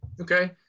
Okay